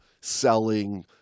selling